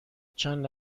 چند